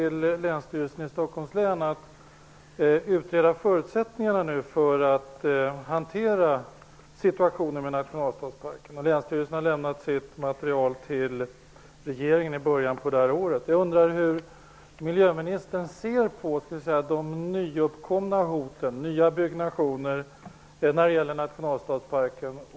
Länsstyrelsen i Stockholms län fick i uppdrag att utreda förutsättningarna för att hantera situationen med Nationalstadsparken. Länsstyrelsen lämnade sitt material till regeringen i början av detta år. Hur ser miljöministern på de nyuppkomna hoten om nya byggnationer i Nationalstadsparken?